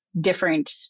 different